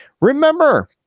Remember